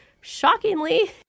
shockingly